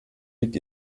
liegt